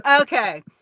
Okay